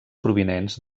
provinents